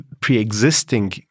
pre-existing